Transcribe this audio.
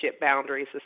boundaries